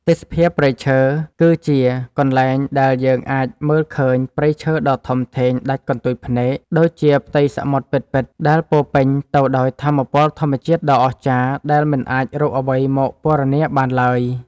ទេសភាពព្រៃឈើ គឺជាកន្លែងដែលយើងអាចមើលឃើញព្រៃឈើដ៏ធំធេងដាច់កន្ទុយភ្នែកដូចជាផ្ទៃសមុទ្រពិតៗ ដែលពោរពេញទៅដោយថាមពលធម្មជាតិដ៏អស្ចារ្យដែលមិនអាចរកអ្វីមកពណ៌នាបានឡើយ។